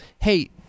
hey